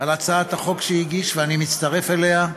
על הצעת החוק שהוא הגיש ואני מצטרף אליה.